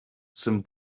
some